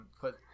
Put